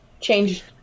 changed